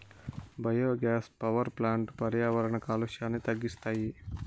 biogas power ప్లాంట్లు పర్యావరణ కాలుష్యాన్ని తగ్గిస్తాయి